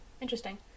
interesting